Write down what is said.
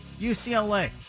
UCLA